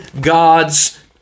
God's